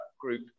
group